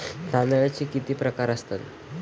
तांदळाचे किती प्रकार असतात?